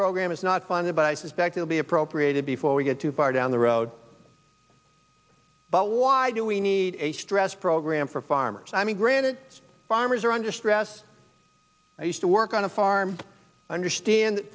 program is not funded by suspected to be appropriated before we get too far down the road but why do we need a stress program for farmers i mean granted farmers are under stress are used to work on a farm understand